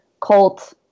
cult